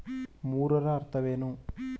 ಮೂರರ ಅರ್ಥವೇನು?